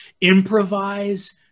improvise